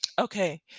okay